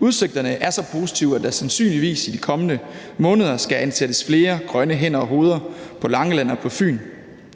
Udsigterne er så positive, at der sandsynligvis i de kommende måneder skal ansættes flere grønne hænder og hoveder på Langeland og på Fyn.